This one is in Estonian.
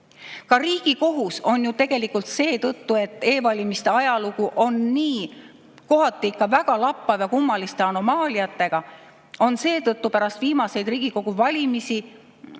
Ka Riigikohus on ju tegelikult seetõttu, et e‑valimiste ajalugu on kohati ikka väga lappav ja kummaliste anomaaliatega, pärast viimaseid Riigikogu valimisi meile,